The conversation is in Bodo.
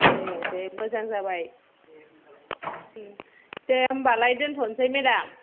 ए दे मोजां जाबाय दे होनबालाय दे होमबालाय दोन्थ'नोसै मेडाम